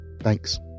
Thanks